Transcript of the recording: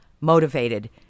motivated